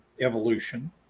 evolution